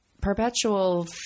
perpetual